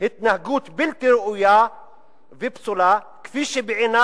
"התנהגות בלתי ראויה ופסולה כפי שבעיני